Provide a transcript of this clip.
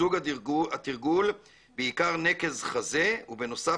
'סוג התרגול: בעיקר נקז חזה ובנוסף